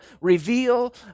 reveal